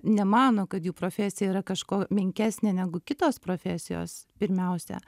nemano kad jų profesija yra kažkuo menkesnė negu kitos profesijos pirmiausia